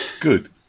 Good